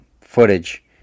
footage